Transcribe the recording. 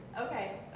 okay